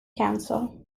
council